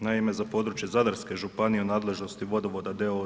Naime, za područje Zadarske županije u nadležnosti Vodovoda d.o.o.